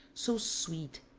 so sweet,